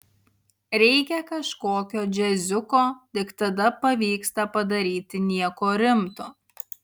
reikia kažkokio džiaziuko tik tada pavyksta padaryti nieko rimto